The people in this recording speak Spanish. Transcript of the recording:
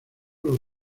los